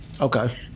Okay